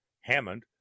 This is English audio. Hammond